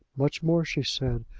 much more she said,